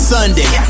Sunday